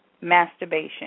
masturbation